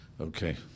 Okay